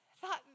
thought